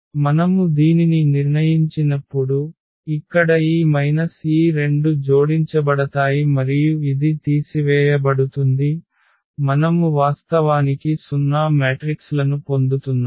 మనము దీనిని నిర్ణయించినప్పుడు ఇక్కడ ఈ మైనస్ ఈ రెండు జోడించబడతాయి మరియు ఇది తీసివేయబడుతుంది మనము వాస్తవానికి 0 మ్యాట్రిక్స్లను పొందుతున్నాము